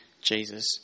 Jesus